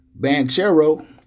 Banchero